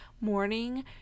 morning